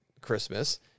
Christmas